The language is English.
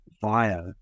via